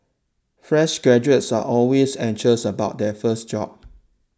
fresh graduates are always anxious about their first job